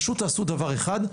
פשוט תעשו דבר אחד,